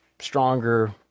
stronger